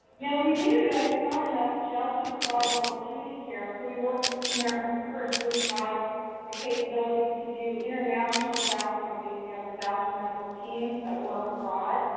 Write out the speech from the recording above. now we knew that it's not enough just to provide low acuity care so we worked with samaritan's purse, which has the capability to do international disaster relief, they have disaster medical teams that work abroad.